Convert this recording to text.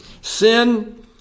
Sin